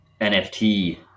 NFT